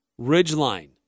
Ridgeline